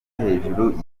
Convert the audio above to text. hejuru